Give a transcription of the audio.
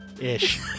Ish